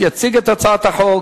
יציג את הצעת החוק